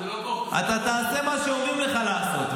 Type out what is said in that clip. --- לא --- אתה תעשה מה שאומרים לך לעשות,